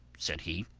said he.